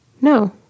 No